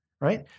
right